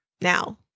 now